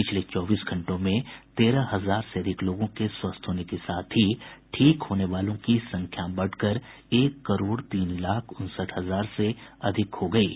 पिछले चौबीस घंटों में तेरह हजार से अधिक लोगों के स्वस्थ होने के साथ ही ठीक होने वालों की संख्या बढ़कर एक करोड तीन लाख उनसठ हजार से अधिक हो गयी है